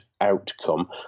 outcome